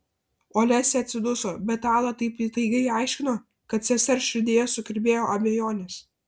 olesia atsiduso bet ala taip įtaigiai aiškino kad sesers širdyje sukirbėjo abejonės